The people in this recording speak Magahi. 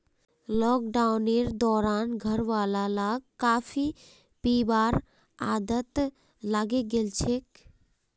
लॉकडाउनेर दौरान घरवालाक कॉफी पीबार आदत लागे गेल छेक